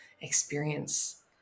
experience